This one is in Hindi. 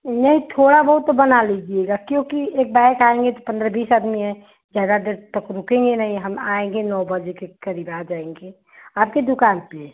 नहीं थोड़ा बहुत तो बना लिजीएगा क्योंकि एक बाईग आएंगे तो पंद्रह बीस आदमी हैं ज़्यादा देर तक रुकेंगे नहीं हम आएंगे नौ बजे के करीब आ जाएंगे आपके दुकान पर